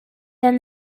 then